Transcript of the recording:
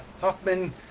Huffman